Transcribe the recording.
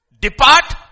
Depart